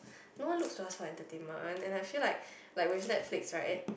no one looks to us for entertainment and I feel like like with Netflix right at